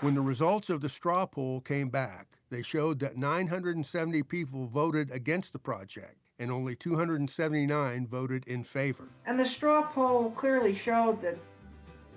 when the results of the straw poll came back, they showed that nine hundred and seventy people voted against the project and only two hundred and seventy nine voted in favor. and, the straw poll clearly showed that